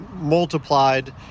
multiplied